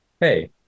hey